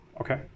Okay